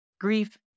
grief